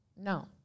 No